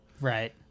right